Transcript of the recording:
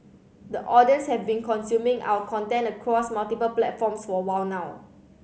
audiences have been consuming our content across multiple platforms for a while now